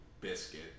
Biscuit